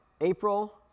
April